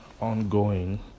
ongoing